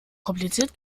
kompliziert